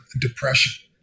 depression